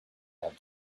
have